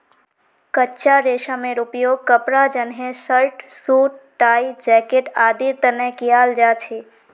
कच्चा रेशमेर उपयोग कपड़ा जंनहे शर्ट, सूट, टाई, जैकेट आदिर तने कियाल जा छे